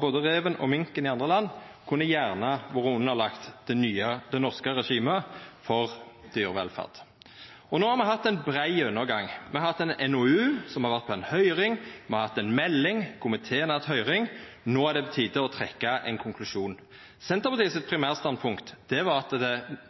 både rev og mink, i andre land gjerne kunne ha vore underlagde det norske regimet for dyrevelferd. No har me hatt ein brei gjennomgang – me har hatt ein NOU som har vore på høyring, me har hatt ei melding, komiteen har hatt høyring – no er det på tide å trekkja ein konklusjon. Senterpartiet sitt primærstandpunkt var at